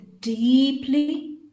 deeply